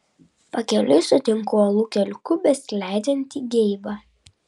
pakeliui sutinku uolų keliuku besileidžiantį geibą